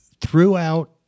throughout